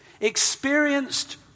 Experienced